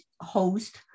host